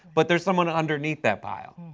but there is someone underneath that pile.